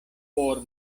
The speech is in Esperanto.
por